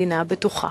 מדינה בטוחה.